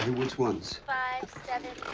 and which ones? five, seven,